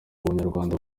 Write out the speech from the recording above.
abanyarwanda